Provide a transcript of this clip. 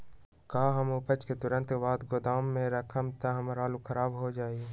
का हम उपज के तुरंत बाद गोदाम में रखम त हमार आलू खराब हो जाइ?